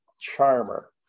charmer